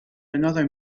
another